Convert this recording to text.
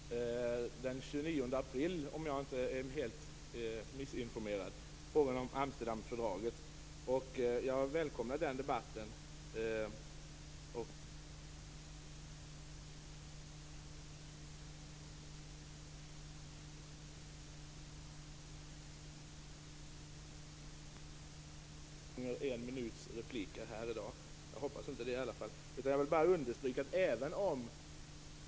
Fru talman! Den 29 april kommer vi, om jag inte är missinformerad, att ha tillfälle att debattera frågan om Amsterdamfördraget. Jag välkomnar den debatten och hoppas att vi då kan få ett gott meningsutbyte. Jag tror dock inte att vi klarar det på två enminutsrepliker i dag.